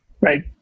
Right